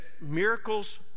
miracles